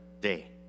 Day